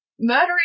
murdering